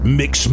mix